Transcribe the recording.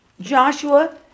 Joshua